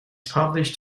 published